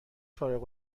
فارغ